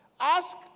Ask